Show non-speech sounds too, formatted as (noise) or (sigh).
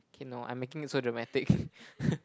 okay no I'm making it so dramatic (laughs)